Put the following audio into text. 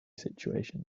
situations